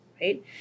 right